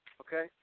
Okay